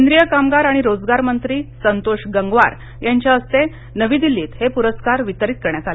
केंद्रीय कामगार आणि रोजगार मंत्री संतोष गंगवार यांच्या हस्ते नवी दिल्लीत हे पुरस्कार वितरीत करण्यात आले